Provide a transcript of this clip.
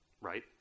Right